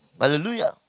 Hallelujah